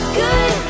good